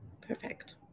Perfect